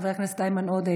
חבר הכנסת איימן עודה,